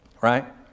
Right